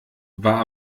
war